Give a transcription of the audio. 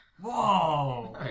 Whoa